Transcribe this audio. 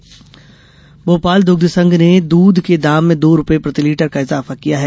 सांची द्व भोपाल द्रग्धसंघ ने दूध के दाम में दो रूपये प्रतिलीटर का इजाफा किया है